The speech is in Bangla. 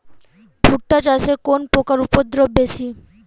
ভুট্টা চাষে কোন পোকার উপদ্রব বেশি?